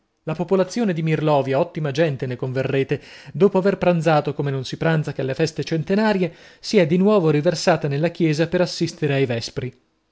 la popolazione di mirlovia ottima gente ne converrete dopo aver pranzato come non si pranza che alle feste centenarie si è di nuovo riversata nella chiesa per assistere ai vespri